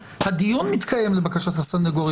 הולכים לבית משפט.